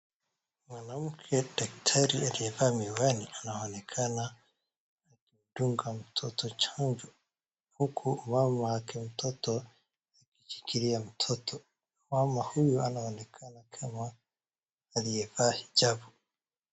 Mwanamke daktari aliyevaa miwani anaonekana akimdunga mtoto chanjo, huku mamake mtoto akishikilia mtoto. Mama huyu anaonekana kama aliyevaa chavu.